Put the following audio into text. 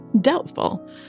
Doubtful